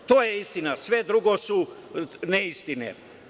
To je istina, sve drugo su neistine.